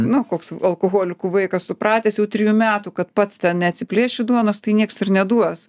na koks alkoholikų vaikas supratęs jau trijų metų kad pats neatsiplėši duonos tai nieks ir neduos